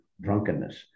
drunkenness